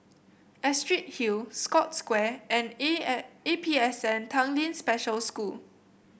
Astrid Hill Scotts Square and A A P S N Tanglin Special School